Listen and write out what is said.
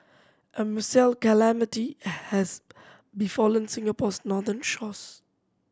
a calamity has befallen Singapore's northern shores